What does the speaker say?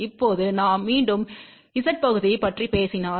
இப்போது நாம் மீண்டும் Z பகுதியைப் பற்றி பேசினால்